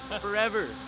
forever